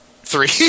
Three